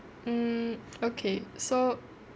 mm okay so